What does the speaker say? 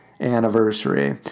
anniversary